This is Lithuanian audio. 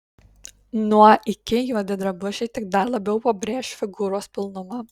nuo iki juodi drabužiai tik dar labiau pabrėš figūros pilnumą